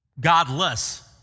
godless